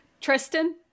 Tristan